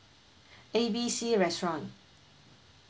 A B C restaurant